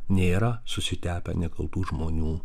nėra susitepę nekaltų žmonių